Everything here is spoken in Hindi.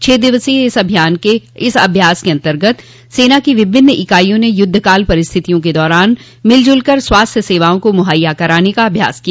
छह दिवसीय इस अभ्यास के अन्तर्गत सेना की विभिन्न इकाईयों ने युद्धकाल की परिस्थितियों के दौरान मिलजुल कर स्वास्थ्य सेवाओं को मुहैया कराने का अभ्यास किया